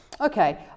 okay